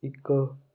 ਇੱਕ